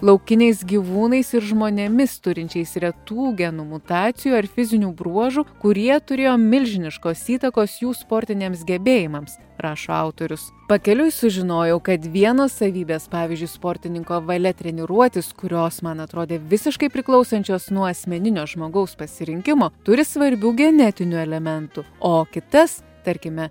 laukiniais gyvūnais ir žmonėmis turinčiais retų genų mutacijų ar fizinių bruožų kurie turėjo milžiniškos įtakos jų sportiniams gebėjimams rašo autorius pakeliui sužinojau kad vienos savybės pavyzdžiui sportininko valia treniruotis kurios man atrodė visiškai priklausančios nuo asmeninio žmogaus pasirinkimo turi svarbių genetinių elementų o kitas tarkime